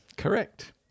Correct